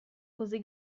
così